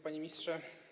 Panie Ministrze!